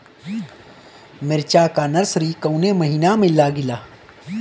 मिरचा का नर्सरी कौने महीना में लागिला?